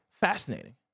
Fascinating